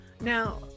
Now